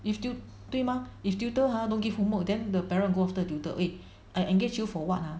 if tu~ 对吗 if tutor !huh! don't give homework then the parent go after the tutor !oi! I engage you for what ah